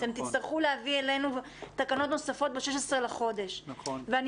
אתם תצטרכו להביא אלינו תקנות נוספות ב-16 לחודש ואני